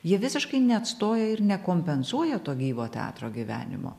jie visiškai neatstoja ir nekompensuoja to gyvo teatro gyvenimo